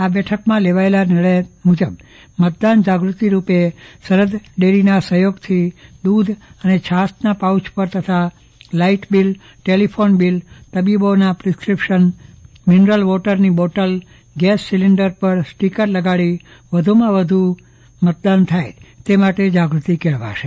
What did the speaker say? આ બેઠકમાં લેવાયેલા નિયમ મુજબ મતદાન જાગૃતિ રૂપે સરહદ ડેરીના સહયોગથી દુધ અને છાસના પાઉચ પર તથા લાઈટબીલ ટેલીફોન બીલ તબીબોના પ્રીસ્કીપ્શન મિનટર વોટરની બોટલ ગેસ સિલીન્ડર પર સ્ટીકર લગાડી વધુમાં વધુ મતદાન થાય તે માટે જાગૃતિ કેળવાય છે